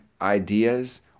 ideas